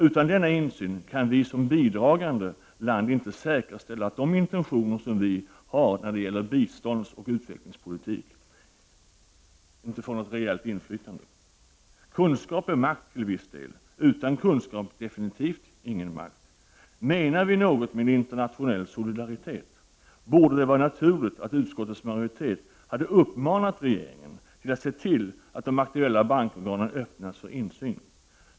Utan denna insyn kan Sverige som bidragande land inte säkerställa att de intentioner som vi har när det gäller biståndsoch utvecklingspolitik får ett rejält inflytande. Kunskap är makt till viss del. Utan kunskap har man definitivt ingen makt. Menar vi något med internationell solidaritet borde det varit naturligt att utskottets majoritet hade uppmanat regeringen att se till att de aktuella bankorganen öppnas för insyn.